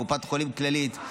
קופת החולים כללית,